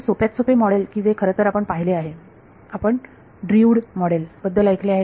तर सोप्यात सोपे मॉडेल की जे खरंतर आपण पाहिले आहे आपण ड्र्यूड मोडेल बद्दल ऐकले आहे